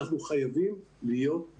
אני שלחתי למזכירות